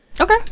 Okay